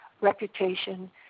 reputation